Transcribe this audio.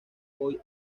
hoy